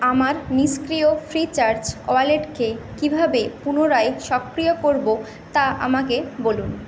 আমার নিষ্ক্রিয় ফ্রিচার্জ ওয়ালেটকে কীভাবে পুনরায় সক্রিয় করব তা আমাকে বলুন